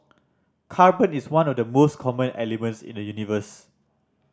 carbon is one of the most common elements in the universe